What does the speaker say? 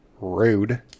rude